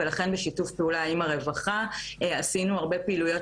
ולכן בשיתוף פעולה עם הרווחה עשינו הרבה פעילויות